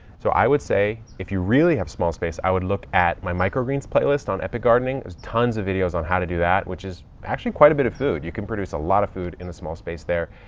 so i would say if you really have small space, i would look at my microgreens playlist on epic gardening. there are tons of videos on how to do that, which is actually quite a bit of food. you can produce a lot of food in a small space there.